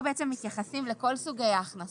מתייחסים לכל סוגי ההכנסות.